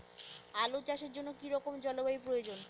আলু চাষের জন্য কি রকম জলবায়ুর প্রয়োজন?